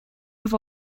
have